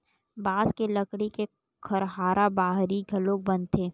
बांस के लकड़ी के खरहारा बाहरी घलोक बनथे